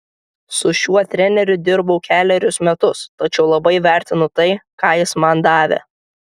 su šiuo treneriu dirbau kelerius metus tačiau labai vertinu tai ką jis man davė